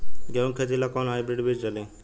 गेहूं के खेती ला कोवन हाइब्रिड बीज डाली?